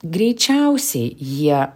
greičiausiai jie